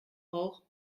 rauch